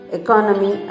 economy